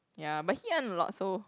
ya but he earn a lot so